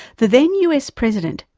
the then us president,